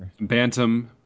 Bantam